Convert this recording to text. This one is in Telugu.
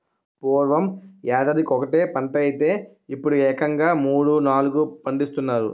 పూర్వం యేడాదికొకటే పంటైతే యిప్పుడేకంగా మూడూ, నాలుగూ పండిస్తున్నారు